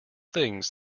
things